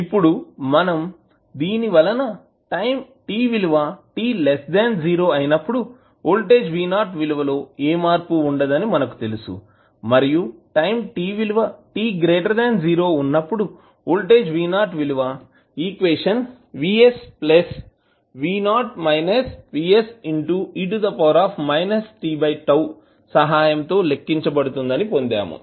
ఇప్పుడు మనం దీని వలన టైం t విలువ t0 అయినప్పుడు వోల్టేజ్ V 0 విలువ లో ఏ మార్పు ఉండదు అని మనకు తెలుసు మరియు టైం t విలువ t0 ఉన్నప్పుడు వోల్టేజ్ V 0 విలువ Vse tఈక్వేషన్ సహాయంతో లెక్కించబడుతుంది అని పొందాము